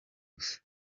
gusa